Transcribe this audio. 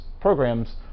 programs